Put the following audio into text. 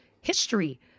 history